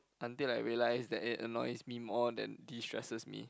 until I realise that it annoys me more than destresses me